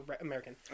American